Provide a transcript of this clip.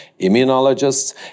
immunologists